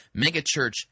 Megachurch